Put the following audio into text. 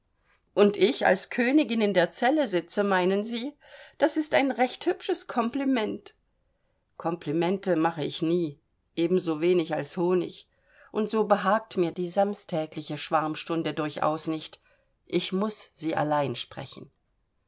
und ich als königin in der zelle sitze meinen sie das ist ein recht hübsches kompliment komplimente mache ich nie ebensowenig als honig und so behagt mir die samstägliche schwarmstunde durchaus nicht ich muß sie allein sprechen